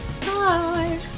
Bye